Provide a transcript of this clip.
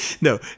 No